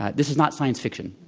ah this is not science fiction.